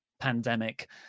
Pandemic